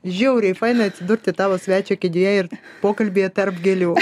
žiauriai faina atsidurti tavo svečio kėdėje ir pokalbyje tarp gėlių